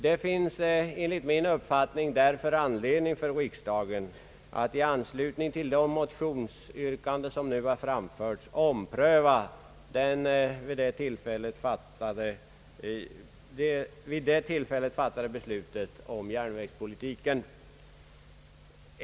Det finns enligt min uppfattning därför anledning för riksdagen att i anslutning till de motionsyrkanden som nu har framförts ompröva det fattade beslutet om järnvägspolitiken.